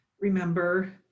remember